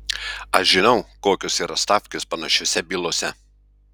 aš žinau kokios yra stavkės panašiose bylose